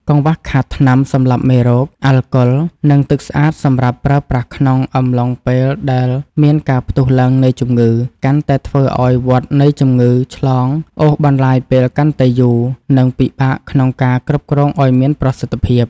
កង្វះខាតថ្នាំសម្លាប់មេរោគ អាល់កុល និងទឹកស្អាតសម្រាប់ប្រើប្រាស់ក្នុងអំឡុងពេលដែលមានការផ្ទុះឡើងនៃជំងឺ កាន់តែធ្វើឱ្យវដ្តនៃជំងឺឆ្លងអូសបន្លាយពេលកាន់តែយូរ និងពិបាកក្នុងការគ្រប់គ្រងឱ្យមានប្រសិទ្ធភាព។